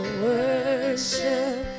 worship